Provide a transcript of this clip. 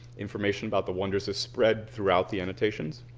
information about the wonders have spreads throughout the annotations.